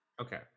Okay